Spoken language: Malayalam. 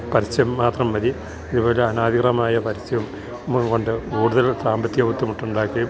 പരസ്യം മാത്രം മതി ഇവർ അനാധിക്രമായ പരസ്യോം കൊണ്ട് കൂട്തൽ സാമ്പത്തിക ബുദ്ധിമുട്ടുണ്ടാക്ക്യേം